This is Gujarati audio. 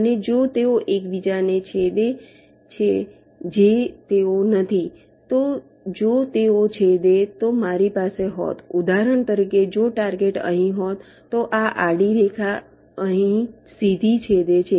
અને જો તેઓ એકબીજાને છેદે છે જે તેઓ નથી તો જો તેઓ છેદે છે તો મારી પાસે હોત ઉદાહરણ તરીકે જો ટાર્ગેટ અહીં હોત તો આ આડી રેખા અહીં સીધી છેદે છે